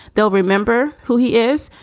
they'll remember who he is.